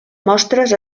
mostres